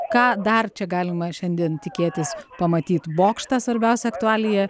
ką dar čia galima šiandien tikėtis pamatyt bokštą svarbiausią aktualiją